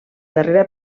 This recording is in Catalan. darrera